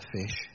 fish